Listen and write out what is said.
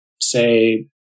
say